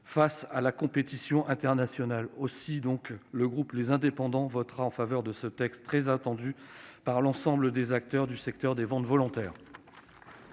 face à la compétition internationale. Aussi, le groupe Les Indépendants -République et Territoires votera en faveur de ce texte très attendu par l'ensemble des acteurs du secteur des ventes volontaires.